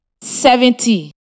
seventy